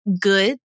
good